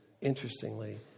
interestingly